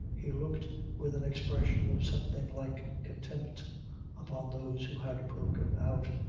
he looked with an expression of something like contempt upon those who had broken out,